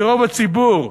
מרוב הציבור,